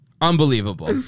Unbelievable